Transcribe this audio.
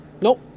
Nope